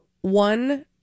one